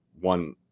one